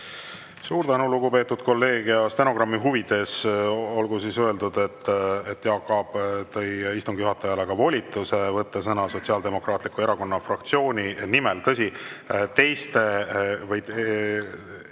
Suur tänu, lugupeetud kolleeg! Stenogrammi huvides olgu öeldud, et Jaak Aab tõi istungi juhatajale volituse võtta sõna Sotsiaaldemokraatliku Erakonna fraktsiooni nimel. Tõsi, eelnõu teisel